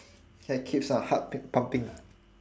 that keeps our heart p~ pumping